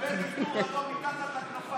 תקבל עיטור אדום מתחת לכנפיים,